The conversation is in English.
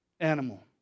animal